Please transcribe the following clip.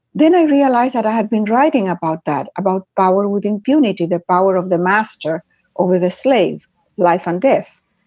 then i realized that i had been writing about that, about power with impunity, the power of the master over the slave life and death.